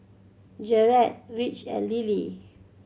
Jered Rich and Lillie